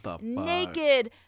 naked